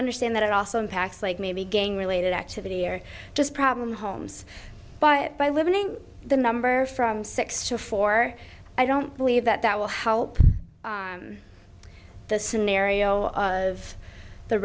understand that it also impacts like maybe gang related activity or just problem homes but by limiting the number from six to four i don't believe that that will help the scenario of the